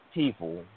people